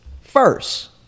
first